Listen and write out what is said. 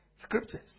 Scriptures